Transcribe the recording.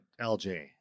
LJ